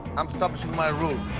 i'm establishing my rule.